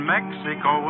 Mexico